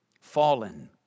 fallen